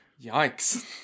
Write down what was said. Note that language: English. Yikes